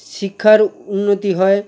শিক্ষার উন্নতি হয়